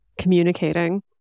communicating